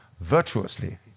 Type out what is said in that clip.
virtuously